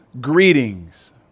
greetings